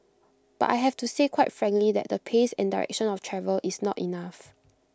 but I have to say quite frankly that the pace and direction of travel is not enough